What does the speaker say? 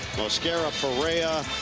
mosquera-perea,